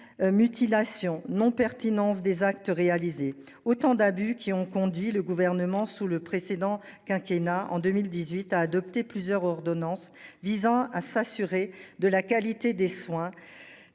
Mutilation non pertinence des actes réalisés autant d'abus qui ont conduit le gouvernement sous le précédent quinquennat en 2018, a adopté plusieurs ordonnances visant à s'assurer de la qualité des soins.